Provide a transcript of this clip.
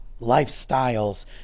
lifestyles